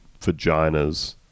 vaginas